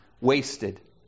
wasted